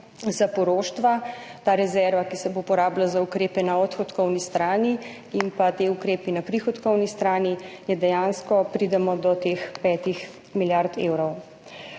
za poroštva, ta rezerva, ki se bo porabila za ukrepe na odhodkovni strani pa te ukrepe na prihodkovni strani, dejansko pridemo do teh 5 milijard evrov.